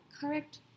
correct